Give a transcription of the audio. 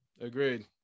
agreed